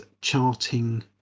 charting